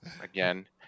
Again